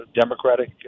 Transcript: Democratic